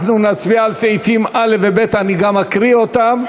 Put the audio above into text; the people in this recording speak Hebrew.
נצביע על סעיפים א' וב', גם אקריא אותם.